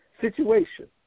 situation